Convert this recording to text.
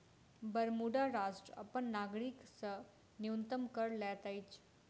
Bermuda राष्ट्र अपन नागरिक से न्यूनतम कर लैत अछि